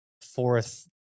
fourth